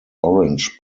orange